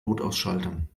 notausschaltern